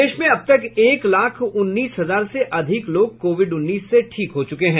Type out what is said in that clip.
प्रदेश में अब तक एक लाख उन्नीस हजार से अधिक लोग कोविड उन्नीस से ठीक हो चुके हैं